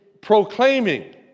proclaiming